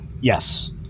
Yes